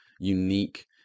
unique